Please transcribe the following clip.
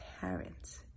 parent